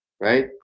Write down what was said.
right